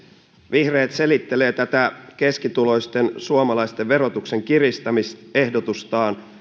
vihreät selittelevät tätä keskituloisten suomalaisten verotuksen kiristämisehdotustaan